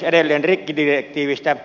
edelleen rikkidirektiivistä